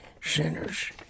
sinners